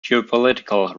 geopolitical